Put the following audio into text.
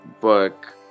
Book